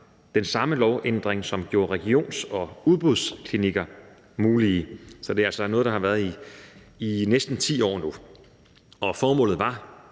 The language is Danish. den samme lovændring, som gjorde regions- og udbudsklinikker mulige. Så det er altså noget, der har været der i næsten 10 år nu. Formålet var